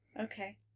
Okay